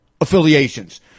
affiliations